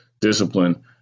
discipline